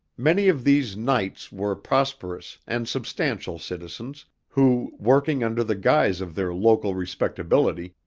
many of these knights were prosperous and substantial citizens who, working under the guise of their local respectability,